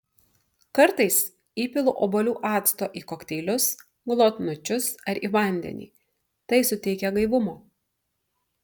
kartais įpilu obuolių acto į kokteilius glotnučius ar į vandenį tai suteikia gaivumo